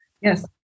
Yes